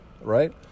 right